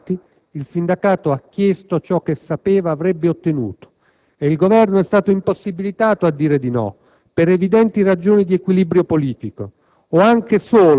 Perché, nei fatti, il sindacato ha chiesto ciò che sapeva avrebbe ottenuto e il Governo è stato impossibilitato a dire di no, per evidenti ragioni di equilibrio politico